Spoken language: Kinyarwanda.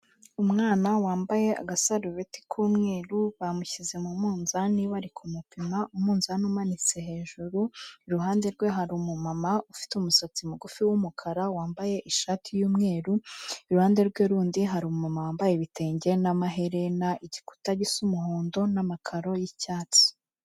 Umwana wambaye agasarubeti k'umweru bamushyize mu munzani bari kumupima, umunzani umanitse hejuru; iruhande rwe hari umumama ufite umusatsi mugufi w'umukara wambaye ishati y'umweru, iruhande rwe rundi hari umumama wambaye ibitenge n'amaherena, igikuta gisa umuhondo n'amakaro y'icyatsi.